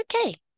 okay